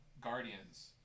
Guardians